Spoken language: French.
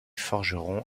forgeron